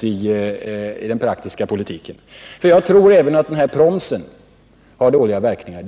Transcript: i den praktiska politiken. Jag tror nämligen att även den här promsen har dåliga verkningar.